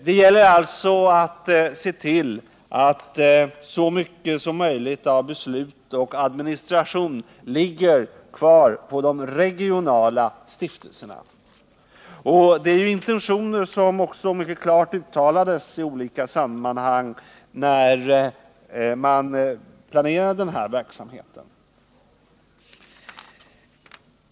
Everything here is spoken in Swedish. Det gäller alltså att se till att så mycket som möjligt av beslut och administration ligger kvar på de regionala stiftelserna. Det är intentioner som mycket klart uttalades i olika sammanhang när man planerade denna verksamhet.